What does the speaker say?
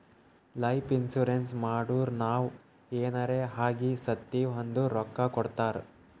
life insurance ಮಾಡುರ್ ನಾವ್ ಎನಾರೇ ಆಗಿ ಸತ್ತಿವ್ ಅಂದುರ್ ರೊಕ್ಕಾ ಕೊಡ್ತಾರ್